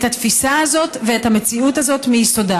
התפיסה הזאת ואת המציאות הזאת מיסודה,